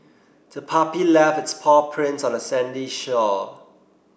the puppy left its paw prints on the sandy shore